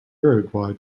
uruguay